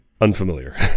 unfamiliar